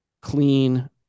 clean